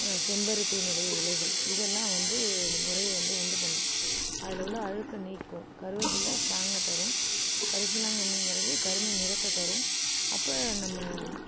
செம்பருத்தினுடைய இலைகள் இதெல்லாம் வந்து நுரையை வந்து உண்டு பண்ணும் அதில் உள்ள அழுக்கை நீக்கும் கருவேப்பிலை ஸ்ட்ராங்கை தரும் கரிசலாங்கண்ணிங்கிறது கருமை நிறத்தை தரும் அப்போ நம்ம